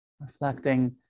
Reflecting